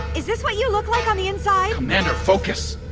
is this what you look like on the inside? commander, focus!